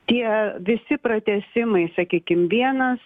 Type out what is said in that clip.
tie visi pratęsimai sakykim vienas